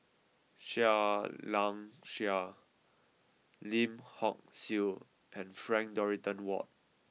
Seah Liang Seah Lim Hock Siew and Frank Dorrington Ward